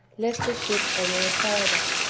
left the ship and their father,